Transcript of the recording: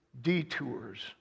detours